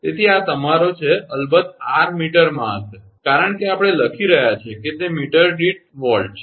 તેથી આ તમારો છે અલબત્ત 𝑟 મીટરમાં હશે કારણ કે આપણે લખી રહ્યા છીએ કે તે મીટર દીઠ વોલ્ટ છે